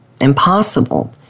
impossible